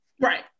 Right